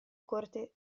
corte